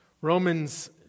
Romans